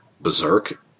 Berserk